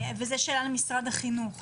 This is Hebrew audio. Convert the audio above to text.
וזו שאלה למשרד החינוך